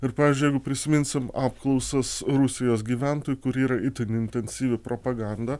ir pavyzdžiui jeigu prisiminsim apklausas rusijos gyventojų kur yra itin intensyvi propaganda